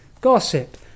gossip